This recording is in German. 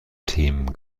themen